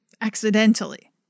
accidentally